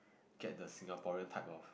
get the Singaporean type of